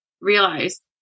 realize